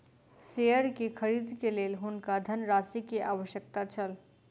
share के खरीद के लेल हुनका धनराशि के आवश्यकता छल